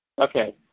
Okay